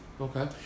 Okay